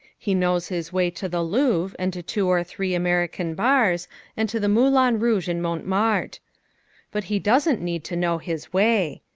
he knows his way to the louvre and to two or three american bars and to the moulin rouge in montmartre. but he doesn't need to know his way.